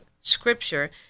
Scripture